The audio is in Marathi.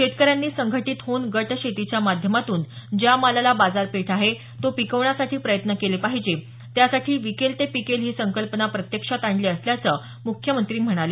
शेतकऱ्यांनी संघटीत होऊन गट शेतीच्या माध्यमातून ज्या मालाला बाजारपेठ आहे तो पिकविण्यासाठी प्रयत्न केले पाहिजे त्यासाठी विकेल ते पिकेल ही संकल्पना प्रत्यक्षात आणली असल्याचं मुख्यमंत्री म्हणाले